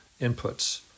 inputs